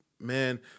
man